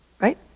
Right